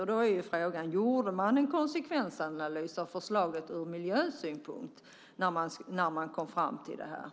Frågan är därför om det gjordes en konsekvensanalys av förslaget ur miljösynpunkt innan man kom fram till detta.